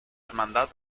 hermandad